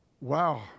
Wow